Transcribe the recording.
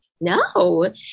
No